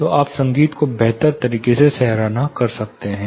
तो आप संगीत की बेहतर तरीके से सराहना कर सकते हैं